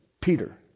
Peter